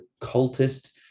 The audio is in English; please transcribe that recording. cultist